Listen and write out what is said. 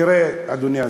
תראה, אדוני השר,